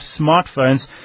smartphones